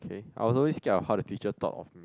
I was always scared of how the teacher thought of